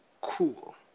Cool